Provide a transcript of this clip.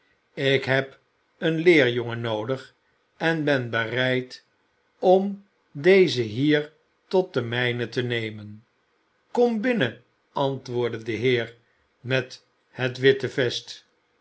ik heb een leerjongen noodig en ben bereid om dezen hier tot mij te nemen kom binnen antwoordde de heer met het witte vest